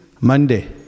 Monday